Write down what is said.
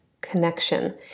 connection